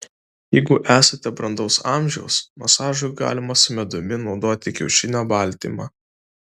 jeigu esate brandaus amžiaus masažui galima su medumi naudoti kiaušinio baltymą